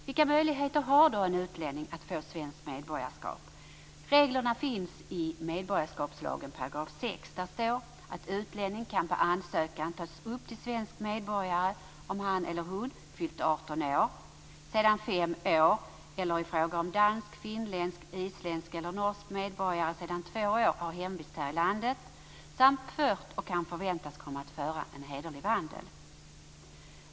Vilka möjligheter har då en utlänning att få svenskt medborgarskap? Reglerna finns i 6 § medborgarskapslagen. Utlänning kan på ansökan tas upp till svensk medborgare om han eller hon fyllt 18 år, sedan fem år - eller i fråga om dansk, finländsk, isländsk eller norsk medborgare sedan två år - har hemvist här i landet samt fört och kan förväntas komma att föra en hederlig vandel.